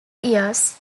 years